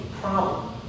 problem